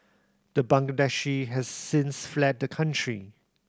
the Bangladeshi has since fled the country